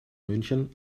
münchen